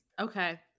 Okay